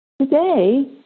Today